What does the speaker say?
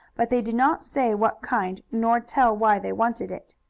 but they did not say what kind, nor tell why they wanted it.